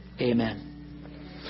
Amen